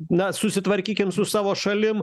na susitvarkykim su savo šalim